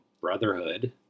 brotherhood